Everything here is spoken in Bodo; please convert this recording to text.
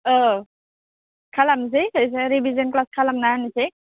औ खालामनोसै रिभिजोन ख्लास खालामना होनोसै